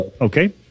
Okay